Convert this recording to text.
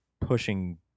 pushing